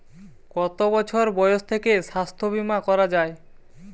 কত বছর বয়স থেকে স্বাস্থ্যবীমা করা য়ায়?